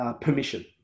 permission